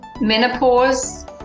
Menopause